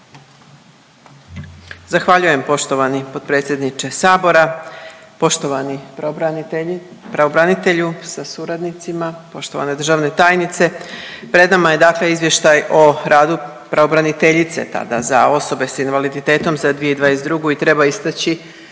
Zahvaljujem poštovani potpredsjedniče Sabora, poštovani pravobranitelju sa suradnicima, poštovane državne tajnice. Pred nama je dakle izvještaj o radu pravobraniteljice tada za osobe sa invaliditetom za 2022. i treba istaći